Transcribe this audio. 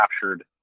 captured